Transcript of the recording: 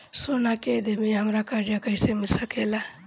सोना दे के हमरा कर्जा कईसे मिल सकेला?